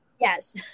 Yes